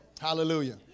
Hallelujah